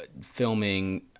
filming